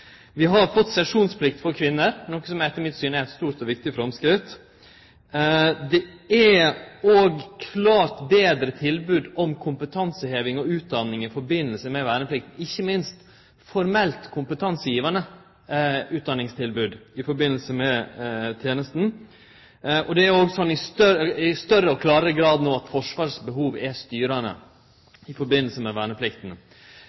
Vi har fått sesjonsplikt for kvinner, noko som etter mitt syn er eit stort og viktig framsteg. Det er òg klart betre tilbod om kompetanseheving og utdanning i samband med verneplikta, ikkje minst formelt kompetansegivande utdanningstilbod i samband med tenesta. Det er òg slik i større og klarare grad no at Forsvaret sitt behov er